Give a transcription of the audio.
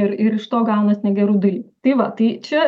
ir ir iš to gaunas negerų dalykų tai va tai čia